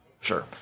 Sure